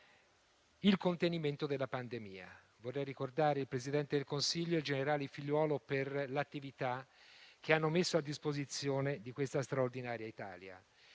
nel contenimento della pandemia. Vorrei ricordare il Presidente del Consiglio e il generale Figliuolo per le attività che hanno messo a disposizione di questa straordinaria Italia.